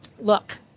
look